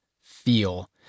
feel